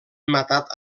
matat